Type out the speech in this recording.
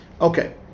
Okay